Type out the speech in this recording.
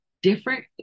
Different